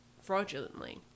fraudulently